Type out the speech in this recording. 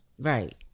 Right